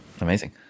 Amazing